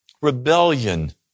rebellion